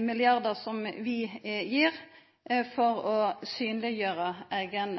milliardar som vi gir, for å synleggjera eigen